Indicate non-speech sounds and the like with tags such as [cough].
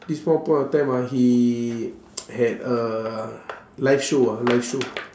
this one point of time ah he [noise] had a live show ah live show